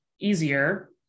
easier